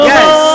Yes